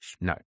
No